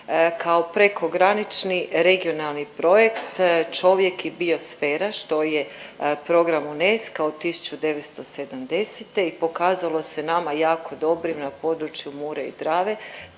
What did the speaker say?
kao Prekogranični regionalni projekt „Čovjek i biosfera“ što je program UNESCO-a od 1970. i pokazalo se nama jako dobrim na području Mure i Drave